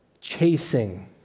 chasing